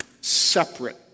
separate